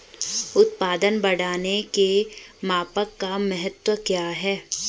उत्पादन बढ़ाने के मापन का महत्व क्या है?